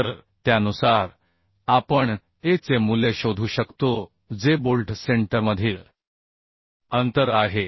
तर त्यानुसार आपण aचे मूल्य शोधू शकतो जे बोल्ट सेंटरमधील अंतर आहे